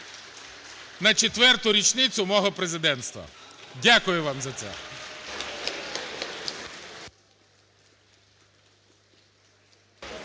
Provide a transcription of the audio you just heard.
на четверту річницю мого президентства. Дякую вам за це.